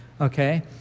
Okay